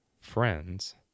friends